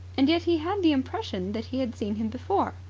and yet he had the impression that he had seen him before.